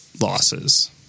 losses